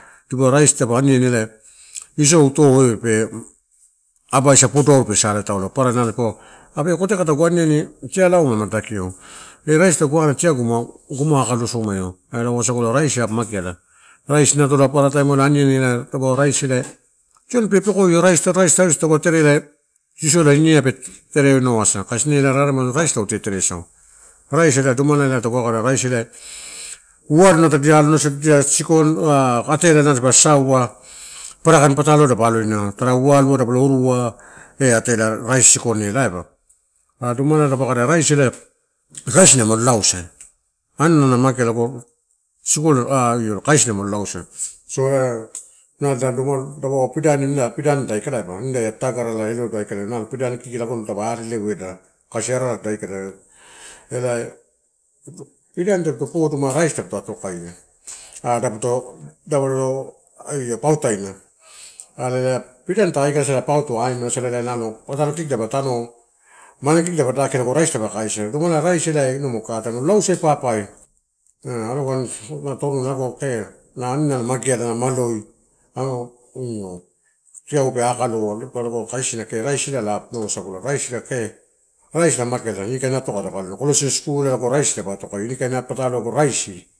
Diua raisi taupe aniani, ela isou ito pe, abasia, podoauru pe saratauna. Papara nalo dipaua apu eh koteka tagu aniani tialao ma dakiau eh raisi tagu ana tiagu ma gomo akalosomainau wasagula aisi na mageala. Raisi nutola paparataim aniani eh taupe raisi tioni pe, pekoia raisi, raisi taupe terea isola ine ai pe tereneo asa, kasi ena raremai raisi tautereasa. Raisi domalai ela taupe kai aloa ela uwaluna tadi aloina kiko ah atela dapa sasaua paparakain pataloai uwaluai dapa lo irua eh atela raisi sikonela. Are domalai kada raisi kaisina, molo lausai, so eh domala ela pidanidu ta aikala kasi pidanida aikala nida ia tatagurala pidanida aikala aiba nalo pidani kiki lago dapa ari leleueda kasiarada aikala piol, pidani tape to podo ma raisi dapo atokaia ah dubo io pautaina are pidani ta aikalasa ito aimalasada ela tatalo, kikidapa tano, mane kiki tada daki lago raisi dapa kaisia, raise ela ina magukatai lausa papai alogam nu toruna lago apu aninunu mageala na maloi io tiau pe akaloa. Raisi lala wasagu kee raisi na mageala ini kain atoka ba aloina closing school ai lago pa atokaia pa aloina. Closing school ai lago pa atokaia. Ini kain pataloai lago raisi.